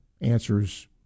answers